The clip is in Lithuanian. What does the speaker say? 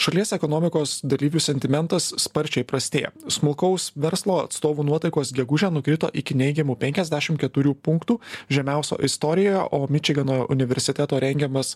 šalies ekonomikos dalyvių sentimentas sparčiai prastėja smulkaus verslo atstovų nuotaikos gegužę nukrito iki neigiamų penkiasdešim keturių punktų žemiausio istorijoje o mičigano universiteto rengiamas